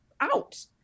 out